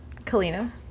Kalina